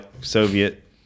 Soviet